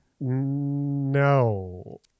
No